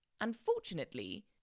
Unfortunately